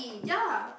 ya